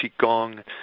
qigong